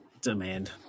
demand